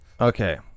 Okay